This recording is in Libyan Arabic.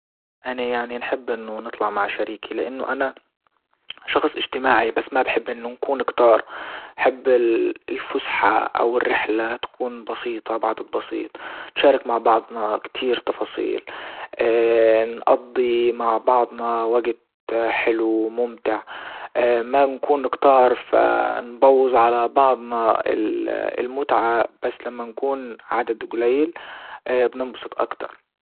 اني يعني نحب انه نطلع مع شريكي لانه انا شخص اجتماعي بس ما بحب انه نكون كتار بحب الفسحة او الرحلة تكون بسيطة بعدد ببسيط نشارك مع بعضنا كتير تفاصيل نقضي مع بعضنا وجت حلو وممتع ما نكون كتار فنبوظ على بعضنا المتعة بس لما نكون عدد جلي بننبسط اكتر.